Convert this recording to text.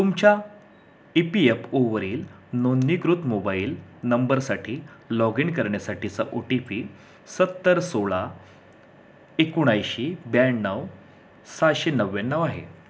तुमच्या E P F ओवरील नोंदनीकृत मोबाईल नंबरसाठी लॉगइन करण्यासाठीचा ओ टी पी सत्तर सोळा एकोणऐंशी ब्याण्णव सहाशे नव्याण्णव आहे